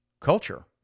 culture